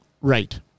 Right